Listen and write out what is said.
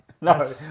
No